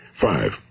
Five